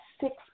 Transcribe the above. six